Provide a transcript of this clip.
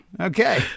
Okay